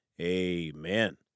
amen